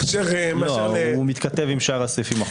הוא מתכתב עם שאר הסעיפים.